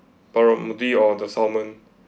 barramundi or the salmon